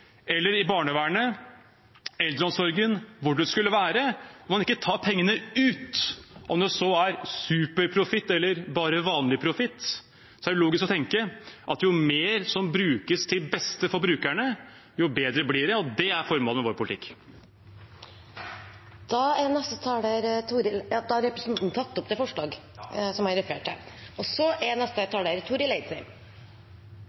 eller i barnevernet, i eldreomsorgen eller hvor det skulle være, tar man ikke pengene ut. Om det så er superprofitt eller bare vanlig profitt, er det logisk å tenke at jo mer som brukes til beste for brukerne, jo bedre blir det. Det er formålet med vår politikk. Representanten Bjørnar Moxnes har tatt opp det forslaget han refererte til. Private tenesteytarar utgjer eit viktig bidrag i mange ulike tenester i kommunane, òg utover det som er